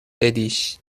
بدیش